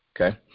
okay